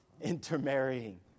intermarrying